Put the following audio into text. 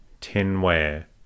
tinware